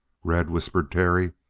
red, whispered terry,